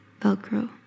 Velcro